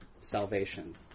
salvation